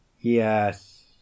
Yes